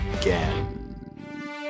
again